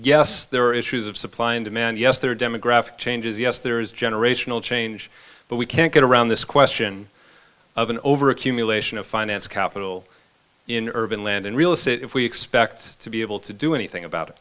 yes there are issues of supply and demand yes there are demographic changes yes there is generational change but we can't get around this question of an over accumulation of finance capital in urban land and real estate if we expect to be able to do anything about it